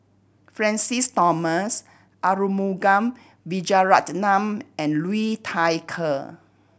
Francis Thomas Arumugam Vijiaratnam and Liu Thai Ker